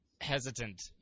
hesitant